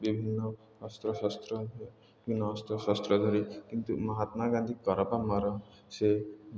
ବିଭିନ୍ନ ଅସ୍ତ୍ର ଶସ୍ତ୍ର ଅସ୍ତ୍ର ଶସ୍ତ୍ର ଧରି କିନ୍ତୁ ମହାତ୍ମା ଗାନ୍ଧୀ କର ବା ମର ସେ